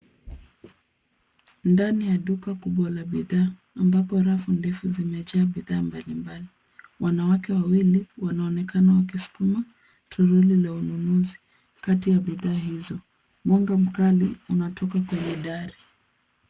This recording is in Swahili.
Ndani ya duka kubwa la bidhaa, ambapo rafu ndefu zimejaa bidhaa mbalimbali. Wanawake wawili wanaonekana wakisukuma toroli ya ununuzi kati ya bidhaa hizo. Mwanga mkali unatoka kwenye dari.